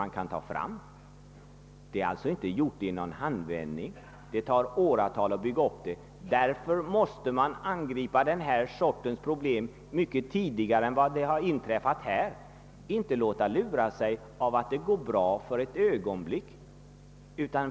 Att bygga upp en sådan organisation är inte gjort i en handvändning, utan det tar åratal. Därför måste man angripa denna sorts problem mycket tidigare än som har gjorts hittills. Man får inte låta lura sig av att det går bra för ögonblicket.